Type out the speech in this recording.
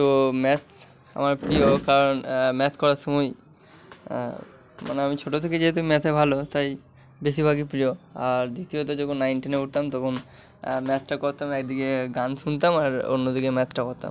তো ম্যাথ আমার প্রিয় কারণ ম্যাথ করার সময় মানে আমি ছোটো থেকেই যেহেতু ম্যাথে ভালো তাই বেশিরভাগই প্রিয় আর দ্বিতীয়ত যখন নাইন টেনে উঠতাম তখন ম্যাথটা করতাম একদিকে গান শুনতাম আর অন্য দিকে ম্যাথটা করতাম